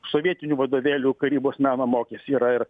sovietinių vadovėlių karybos meno mokėsi yra ir